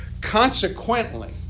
Consequently